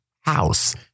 House